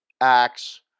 acts